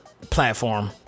platform